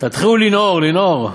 תתחילו לנהור, לנהור.